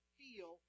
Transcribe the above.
feel